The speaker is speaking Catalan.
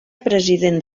president